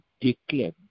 declare